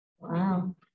Wow